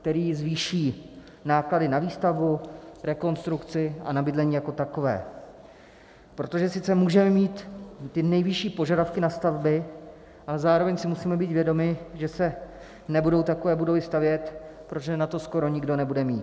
který zvýší náklady na výstavbu, rekonstrukci a na bydlení jako takové, protože sice můžeme mít ty nejvyšší požadavky na stavby, ale zároveň si musíme být vědomi, že se nebudou takové budovy stavět, protože na to skoro nikdo nebude mít.